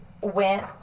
went